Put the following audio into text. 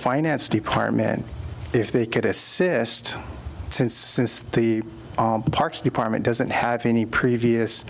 finance department if they could assist since since the parks department doesn't have any previous